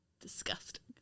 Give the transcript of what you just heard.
Disgusting